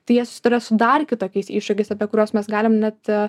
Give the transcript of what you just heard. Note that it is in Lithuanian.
tai jie susiduria su dar kitokiais iššūkiais apie kuriuos mes galim net